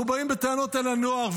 אנחנו באים בטענות אל הנוער,